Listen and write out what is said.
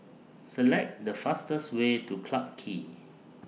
Select The fastest Way to Clarke Quay